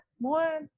more